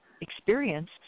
experience